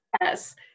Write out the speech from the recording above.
Yes